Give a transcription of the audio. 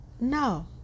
No